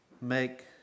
make